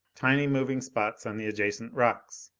tiny moving spots on the adjacent rocks.